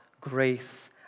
grace